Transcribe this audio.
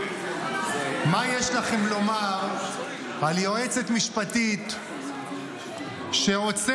מה יש לכם לומר על יועצת משפטית שעוצרת